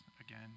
again